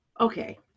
Okay